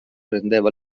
rendeva